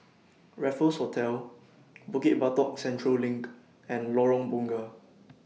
Raffles Hotel Bukit Batok Central LINK and Lorong Bunga